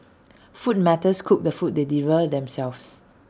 food matters cook the food they deliver themselves